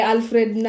Alfred